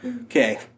Okay